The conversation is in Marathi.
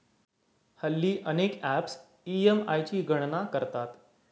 हल्ली अनेक ॲप्स ई.एम.आय ची गणना करतात